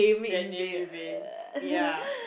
that name in vain ya